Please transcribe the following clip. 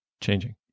changing